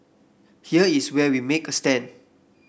here is where we will make a stand